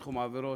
בתחום העבירות.